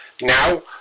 Now